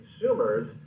consumers